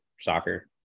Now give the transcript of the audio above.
soccer